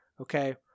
Okay